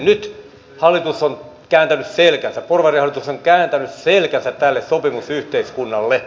nyt porvarihallitus on kääntänyt selkänsä tälle sopimusyhteiskunnalle